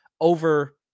over